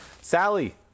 sally